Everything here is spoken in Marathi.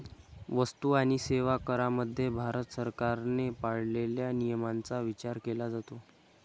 वस्तू आणि सेवा करामध्ये भारत सरकारने पाळलेल्या नियमांचा विचार केला जातो